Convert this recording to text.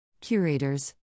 Curators